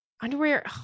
Underwear